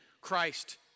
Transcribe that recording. Christ